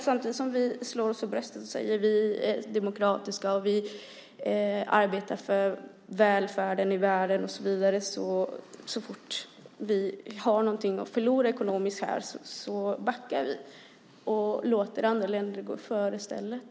Samtidigt som vi slår oss för bröstet och säger att vi är demokratiska och arbetar för välfärden i världen och så vidare backar vi så fort vi har någonting att förlora ekonomiskt och låter andra länder gå före i stället.